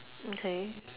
okay